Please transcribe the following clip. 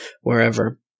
wherever